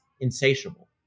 insatiable